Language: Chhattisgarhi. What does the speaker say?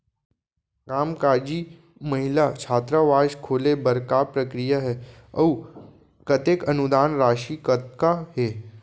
कामकाजी महिला छात्रावास खोले बर का प्रक्रिया ह अऊ कतेक अनुदान राशि कतका हे?